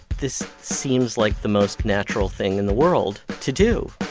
this seems like the most natural thing in the world to do